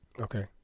okay